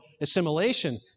assimilation